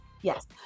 Yes